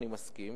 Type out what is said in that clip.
אני מסכים,